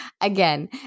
Again